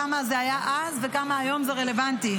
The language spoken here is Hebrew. כמה זה היה אז וגם היום רלוונטי,